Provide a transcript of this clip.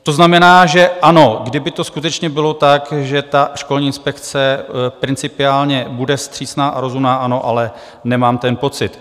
To znamená, že ano, kdyby to skutečně bylo tak, že školní inspekce principiálně bude vstřícná a rozumná, ano, ale nemám ten pocit.